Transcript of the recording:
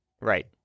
Right